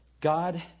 God